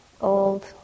old